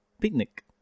picnic